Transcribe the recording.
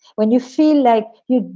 when you feel like you,